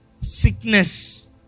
Sickness